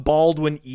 Baldwin